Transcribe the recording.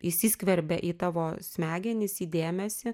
įsiskverbia į tavo smegenis į dėmesį